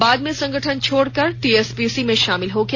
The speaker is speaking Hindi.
बाद में संगठन छोड़कर वह टीएसपीसी में शामिल हो गया